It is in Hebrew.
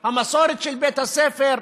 המסורת של בית הספר,